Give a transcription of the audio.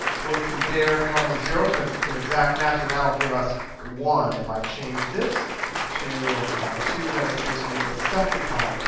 look through there, zero zero, because it's an exact match, and that will give us one. if i change this to two, then it gives me the second column.